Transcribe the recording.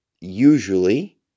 usually